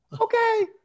Okay